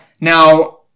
Now